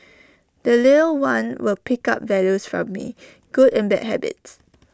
the little one will pick up values from me good and bad habits